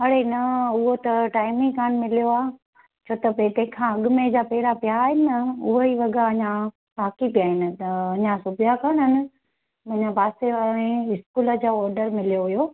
अरे न हूअ त टाइम ई कोन्ह मिलियो आहे छोत पहिरें खां अॻु में जा पहिरां पिया आहिनि न उहेई वगा अञा काफ़ी पिया आहिनि त अञा सिबिया कोन्हनि अञा पासे वारनि में स्कूल जा ऑडर मिलियो हुयो